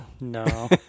No